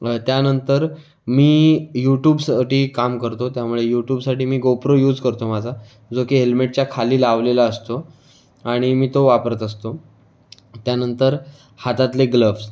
त्यानंतर मी यूटूबसाठी काम करतो त्यामुळे यूटूबसाठी मी गोप्रो यूज करतो माझा जो की हेल्मेटच्या खाली लावलेला असतो आणि मी तो वापरत असतो त्यानंतर हातातले ग्लव्स